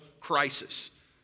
crisis